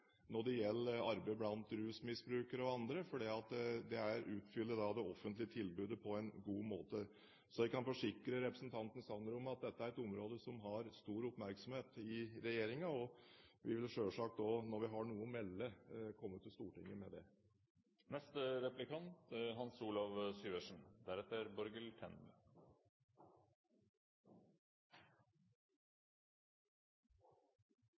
når det gjelder arbeid blant rusmisbrukere og andre, fordi dette utfyller det offentlige tilbudet på en god måte. Jeg kan forsikre representanten Sanner om at dette er et område som har stor oppmerksomhet i regjeringen, og vi vil selvsagt også, når vi har noe å melde, komme til Stortinget med det.